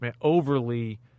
overly